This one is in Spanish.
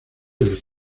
del